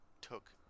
took